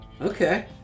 Okay